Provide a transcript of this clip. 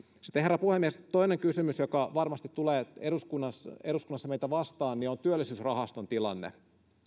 sitten herra puhemies toinen kysymys joka varmasti tulee eduskunnassa eduskunnassa meitä vastaan on työllisyysrahaston tilanne